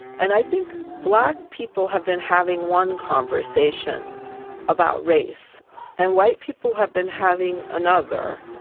and i think black people have been having one conversation about race and white people have been having another.